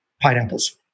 pineapples